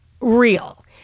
real